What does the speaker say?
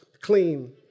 clean